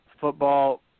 football